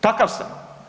Takav sam.